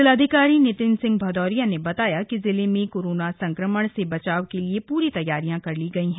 जिलाधिकारी नितिन सिंह भदौरिया ने बताया कि जिले में कोरोना संक्रमण से बचाव के लिए पूरी तैयारियां कर ली गई है